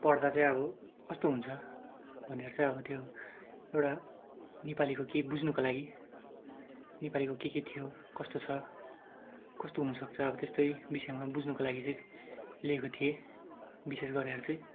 पढ्दा चाहिँ अब कस्तो हुन्छ भनेर चाहिँ अब त्यो एउटा नेपालीको केही बुझ्नुको लागि नेपालीको के के थियो कस्तो छ कस्तो हुनसक्छ अब त्यस्तै विषयमा बुझ्नुको लागि चाहिँ लिएको थिएँ विशेष गरेर चाहिँ